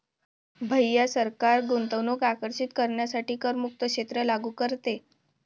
भैया सरकार गुंतवणूक आकर्षित करण्यासाठी करमुक्त क्षेत्र लागू करते